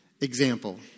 Example